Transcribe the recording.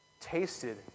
tasted